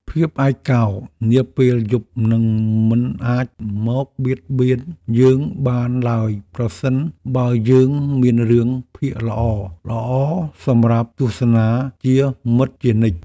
ភាពឯកោនាពេលយប់នឹងមិនអាចមកបៀតបៀនយើងបានឡើយប្រសិនបើយើងមានរឿងភាគល្អៗសម្រាប់ទស្សនាជាមិត្តជានិច្ច។